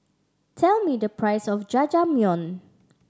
tell me the price of Jajangmyeon